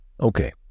Okay